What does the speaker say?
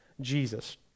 Jesus